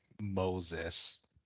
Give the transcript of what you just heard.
Moses